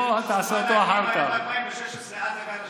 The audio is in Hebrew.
ב-2016 עד הגל השני.